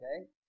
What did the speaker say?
Okay